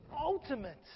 ultimate